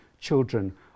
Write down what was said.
children